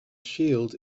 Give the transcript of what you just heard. shield